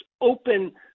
open